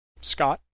Scott